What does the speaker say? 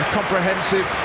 comprehensive